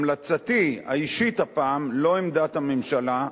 המלצתי האישית הפעם, לא עמדת הממשלה,